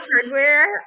hardware